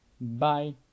Bye